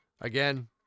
again